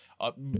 up